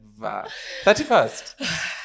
31st